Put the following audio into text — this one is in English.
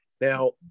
Now